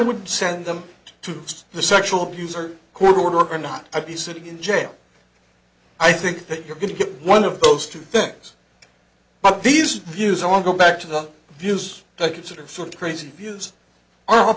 would send them to the sexual abuse or court order or not i'd be sitting in jail i think that you're going to get one of those two things but these views on go back to the views they considered from crazy views are